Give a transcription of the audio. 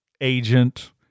agent